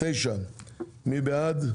סעיף 9. מי בעד?